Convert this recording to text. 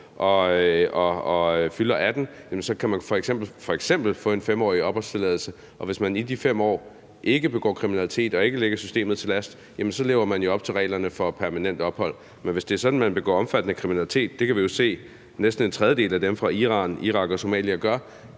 og fylder 18 år, så kan man f.eks. få en 5-årig opholdstilladelse, og hvis man i de 5 år ikke begår kriminalitet og ikke lægger systemet til last, lever man jo op til reglerne for permanent ophold. Men hvis det er sådan, at man begår omfattende kriminalitet – det kan vi jo se at næsten en tredjedel af dem fra Irak, Iran og Somalia gør